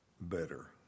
better